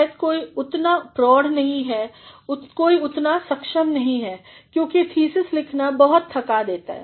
शायद कोई उतनाप्रौढ़नहीं है कोई उतना सक्षम नहीं है क्योंकि थीसिस लिखना बहुत थका देता है